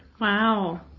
Wow